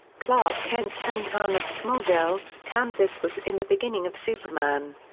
clark kent's hometown of smallville, kansas was in the beginning of superman.